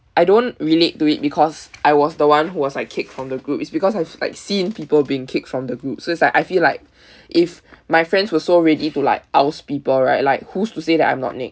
I don't relate to it because I was the one who was like kicked from the group it's because I've like seen people being kicked from the group so it's like I feel like if my friends were so ready to like oust people right like who's to say that I'm not next